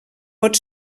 pot